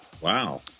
Wow